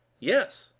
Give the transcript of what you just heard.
yes.